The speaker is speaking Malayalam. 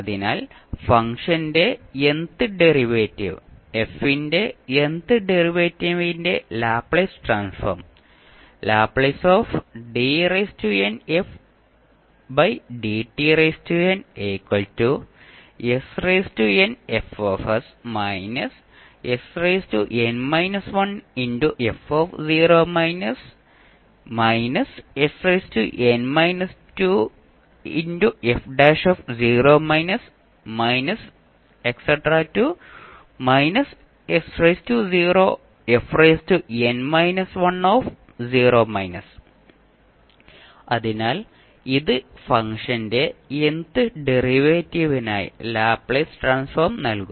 അതിനാൽ ഫംഗ്ഷന്റെ n th ഡെറിവേറ്റീവ് f ന്റെ n th ഡെറിവേറ്റീവിന്റെ ലാപ്ലേസ് ട്രാൻസ്ഫോം അതിനാൽ ഇത് ഫംഗ്ഷന്റെ n th ഡെറിവേറ്റീവിനായി ലാപ്ലേസ് ട്രാൻസ്ഫോം നൽകും